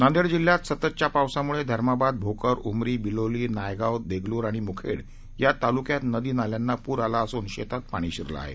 नांदेड जिल्ह्यात सततच्या पावसामुळे धर्माबाद भोकर ऊमरी बिलोली नायगाव देगलूर आणि मुखेड या तालुक्यात नदी नाल्यांना पूर आला असून शेतात पाणी शिरलं आहे